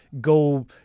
go